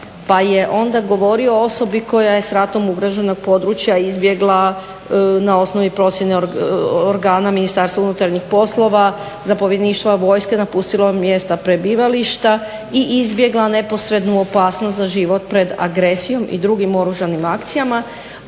pa je onda govorio o osobi koja je s ratom ugroženog područja izbjegla na osnovi procjene organa Ministarstva unutarnjih poslova, zapovjedništva vojske napustilo mjesta prebivališta i izbjegla neposrednu opasnost za život pred agresijom i drugim oružanim akcijama